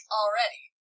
already